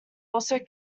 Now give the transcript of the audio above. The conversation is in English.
also